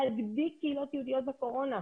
להדביק קהילות יהודיות בקורונה,